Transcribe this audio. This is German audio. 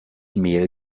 mehl